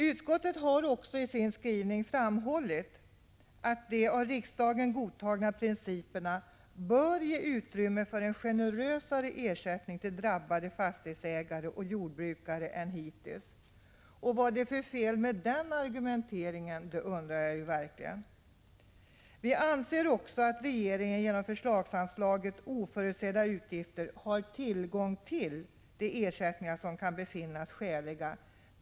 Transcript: Utskottet har i sin skrivning framhållit att de av riksdagen godtagna principerna bör ge utrymme för en generösare ersättning till drabbade fastighetsägare och jordbrukare än hittills. Vad är det för fel med den argumenteringen? Vi anser också att regeringen genom förslagsanslaget Oförutsedda utgifter har tillgång till de ersättningar som kan befinnas skäliga.